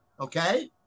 Okay